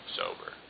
sober